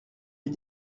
les